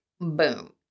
boom